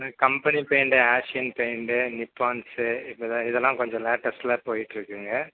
ம் company paint Asian paint நிப்பான்ஸு இப்போதான் இதெல்லாம் கொஞ்சம் லேட்டஸ்ட்டில் போயிட்டிருக்குங்க